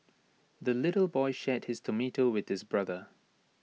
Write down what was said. the little boy shared his tomato with his brother